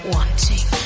Wanting